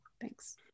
thanks